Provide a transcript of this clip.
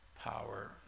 power